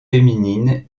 féminines